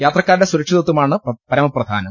യാത്രക്കാരുടെ സുരക്ഷിതത്വമാണ് പരമപ്രധാനം